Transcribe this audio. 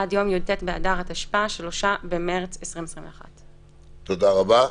עד יום י"ט באדר התשפ"א (3 במרץ 2021)." תודה רבה.